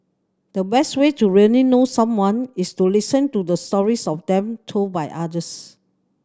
the best way to really know someone is to listen to the stories of them told by others